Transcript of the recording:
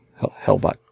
Hellbot